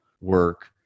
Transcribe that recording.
work